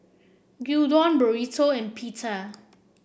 Gyudon Burrito and Pita